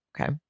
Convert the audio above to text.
Okay